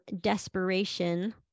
desperation